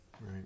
right